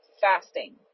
fasting